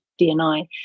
dni